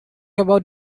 about